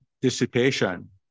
dissipation